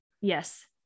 Yes